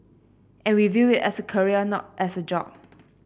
and we view it as a career not as a job